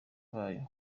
bayo